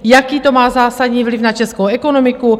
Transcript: Jaký to má zásadní vliv na českou ekonomiku?